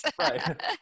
right